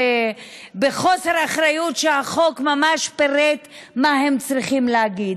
בחוסר אחריות, שהחוק ממש פירט מה הם צריכים להגיד.